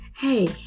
Hey